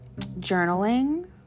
Journaling